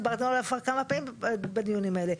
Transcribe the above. דיברנו עליו כבר כמה פעמים בדיונים האלה.